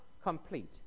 complete